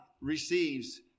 receives